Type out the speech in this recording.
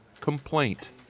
complaint